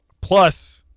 plus